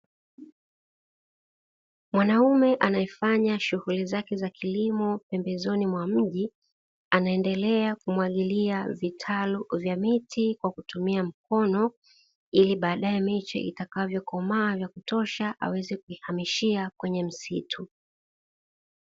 Mwanaume anayefanya shughuli zake za kilimo pembezoni mwa mji, anaendelea kumwagilia vitalu vya miti kwa kutumia mkono, ili baadae miche itakavyokomaa vya kutosha aweze kuihamishia kwenye msitu.